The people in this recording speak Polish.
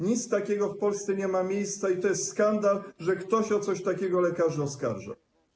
Nic takiego w Polsce nie ma miejsca i to jest skandal, że ktoś o coś takiego lekarzy oskarża.